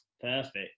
Perfect